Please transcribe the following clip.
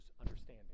understanding